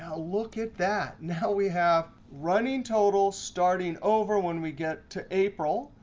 ah look at that. now we have running totals starting over when we get to april,